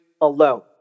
alone